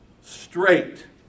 straight